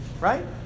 right